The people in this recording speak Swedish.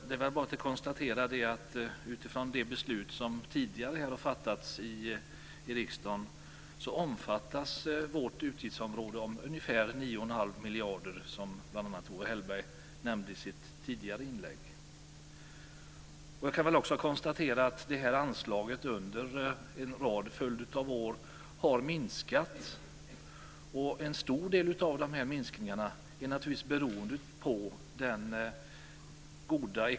Det är bara att konstatera att utifrån det beslut som har fattats tidigare i riksdagen omfattar vårt utgiftsområde ungefär 9 1⁄2 miljarder, som bl.a. Owe Hellberg nämnde i sitt tidigare inlägg. Jag kan också konstatera att det här anslaget under en följd av år har minskat.